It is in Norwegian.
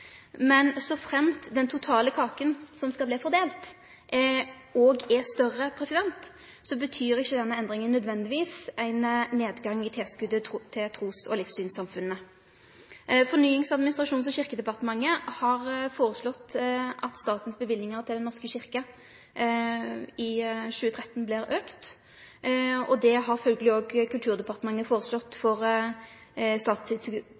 Men så fremt den totale kaka som vert fordelt, òg er større, betyr ikkje denne endringa nødvendigvis ein nedgang i tilskotet til trus- og livssynssamfunna. Fornyings-, administrasjons- og kyrkjedepartementet har foreslått at statens løyvingar til Den norske kyrkja i 2013 vert auka, og det har følgjeleg òg Kulturdepartementet foreslått